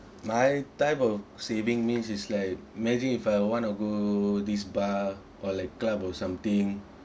my type of saving means is like imagine if I want to go this bar or like club or something